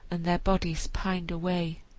and their bodies pined away.